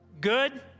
good